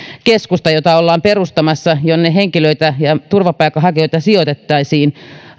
keskusta jota ollaan perustamassa ja jonne henkilöitä ja turvapaikanhakijoita sijoitettaisiin